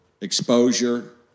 exposure